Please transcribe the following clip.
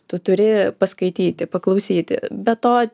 tu turi paskaityti paklausyti be to